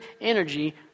energy